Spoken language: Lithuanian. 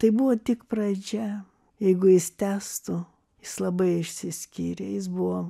tai buvo tik pradžia jeigu jis tęstų jis labai išsiskyrė jis buvo